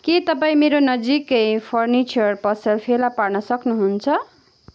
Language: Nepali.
के तपाईँ मेरो नजिकै फर्निचर पसल फेला पार्न सक्नुहुन्छ